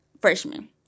freshman